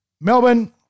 Melbourne